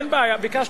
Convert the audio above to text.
אין בעיה, ביקשתי.